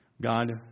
God